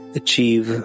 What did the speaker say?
achieve